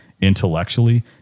intellectually